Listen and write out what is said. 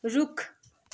रुख